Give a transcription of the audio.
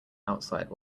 outside